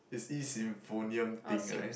is E symphonion thing right